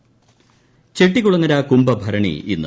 കുംഭ ഭരണി ചെട്ടികുളങ്ങര കുംഭഭരണി ഇന്ന്